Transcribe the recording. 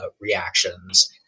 reactions